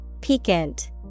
Piquant